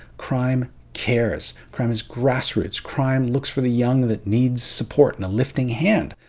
crime cares. crime is grassroots, crime looks for the young that needs support and a lifting hand.